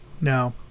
No